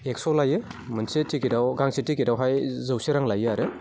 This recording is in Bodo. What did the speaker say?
एक्स' लायो मोनसे टिकिटआव गांसे टिकेटआवहाय जौसे रां लायो आरो